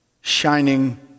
shining